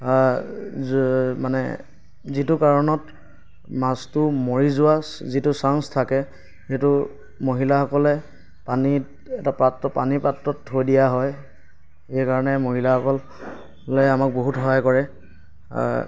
মানে যিটো কাৰণত মাছটো মৰি যোৱাৰ যিটো চান্স থাকে সেইটো মহিলাসকলে পানীত এটা পাত্ৰ পানীৰ পাত্ৰত থৈ দিয়া হয় সেইকাৰণে মহিলাসকল মানে আমাক বহুত সহায় কৰে